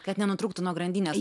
kad nenutrūktų nuo grandinės